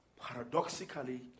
paradoxically